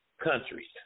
countries